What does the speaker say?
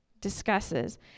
discusses